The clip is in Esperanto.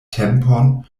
tempon